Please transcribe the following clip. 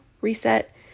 reset